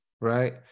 Right